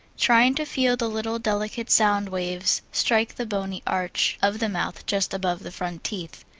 trying to feel the little delicate sound waves strike the bony arch of the mouth just above the front teeth.